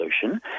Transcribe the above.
solution